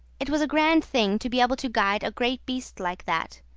it was a grand thing to be able to guide a great beast like that.